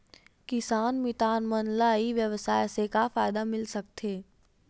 किसान मितान मन ला ई व्यवसाय से का फ़ायदा मिल सकथे?